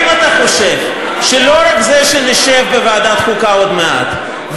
אם אתה חושב שלא רק זה שנשב בוועדת חוקה עוד מעט,